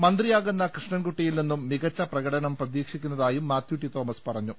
മന്ത്രിയാകുന്ന കൃഷ്ണൻകുട്ടിയിൽ നിന്നും മികച്ച പ്രകടനം പ്രതീക്ഷിക്കുന്നതായും മാത്യു ടി തോമസ് പറ ഞ്ഞു